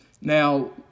Now